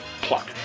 pluck